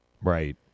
Right